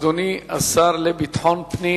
אדוני השר לביטחון פנים